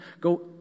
go